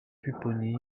pupponi